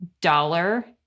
dollar